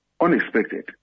unexpected